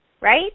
right